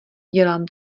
dělám